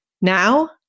Now